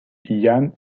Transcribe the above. ian